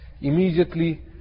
Immediately